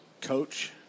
coach